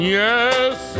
yes